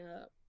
up